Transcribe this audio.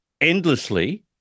endlessly